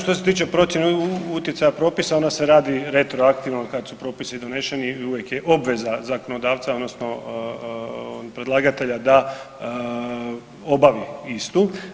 Što se tiče procjene utjecaja propisa ona se radi retroaktivno od kad su propisi doneseni, uvijek je obveza zakonodavca, odnosno predlagatelja da obavi istu.